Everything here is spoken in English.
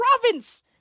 province